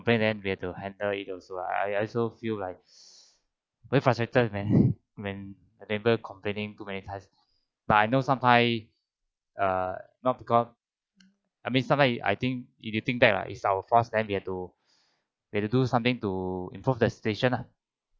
complain then we had to handle it also ah I I also feel like very frustrated when when neighbour complaining too many times but I know sometimes uh not because I mean sometime I think you'd you'd think that is our fault then we have to we have to do something to improve the station lah